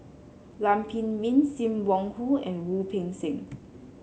Lam Pin Min Sim Wong Hoo and Wu Peng Seng